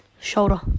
Shoulder